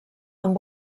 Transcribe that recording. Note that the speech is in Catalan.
amb